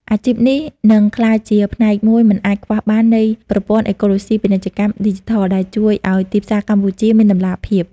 អាជីពនេះនឹងក្លាយជាផ្នែកមួយមិនអាចខ្វះបាននៃប្រព័ន្ធអេកូឡូស៊ីពាណិជ្ជកម្មឌីជីថល ដែលជួយឱ្យទីផ្សារកម្ពុជាមានតម្លាភាព។